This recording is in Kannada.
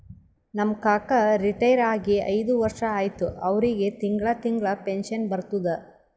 ನಮ್ ಕಾಕಾ ರಿಟೈರ್ ಆಗಿ ಐಯ್ದ ವರ್ಷ ಆಯ್ತ್ ಅವ್ರಿಗೆ ತಿಂಗಳಾ ತಿಂಗಳಾ ಪೆನ್ಷನ್ ಬರ್ತುದ್